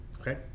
Okay